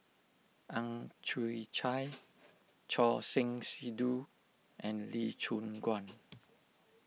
Ang Chwee Chai Choor Singh Sidhu and Lee Choon Guan